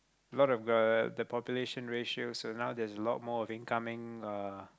a lot of the the population ratio so now there's a lot more of incoming uh